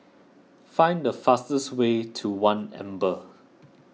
find the fastest way to one Amber